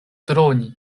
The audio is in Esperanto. droni